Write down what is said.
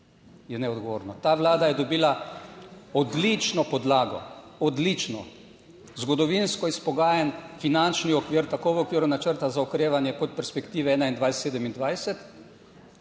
je neodgovorno. Ta vlada je dobila odlično podlago, odlično zgodovinsko izpogajan finančni okvir, tako v okviru načrta za okrevanje kot perspektive 2021-2027.